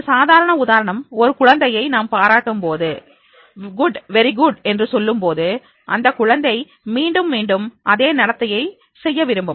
ஒரு சாதாரண உதாரணம் ஒரு குழந்தையை நாம் பாராட்டும் போது குட் வெரி குட் என்று சொல்லும் போது அந்தக் குழந்தை மீண்டும் மீண்டும் அதே நடத்தையை செய்ய விரும்பும்